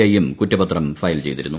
ഐയും കുറ്രപത്രം ഫർയൽ ചെയ്തിരുന്നു